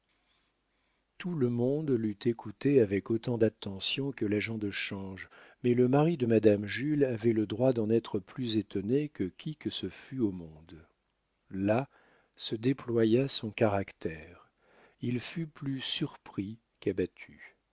tout le monde l'eût écoutée avec autant d'attention que l'agent de change mais le mari de madame jules avait le droit d'en être plus étonné que qui que ce fût au monde là se déploya son caractère il fut plus surpris